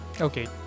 Okay